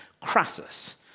Crassus